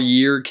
Year